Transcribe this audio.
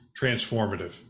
transformative